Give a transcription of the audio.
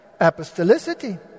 Apostolicity